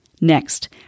Next